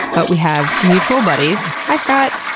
but we have mutual buddies. hi, scott!